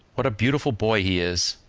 what a beautiful boy he is!